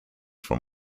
from